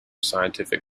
scientific